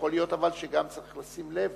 אבל גם יכול להיות שצריך לשים לב,